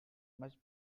must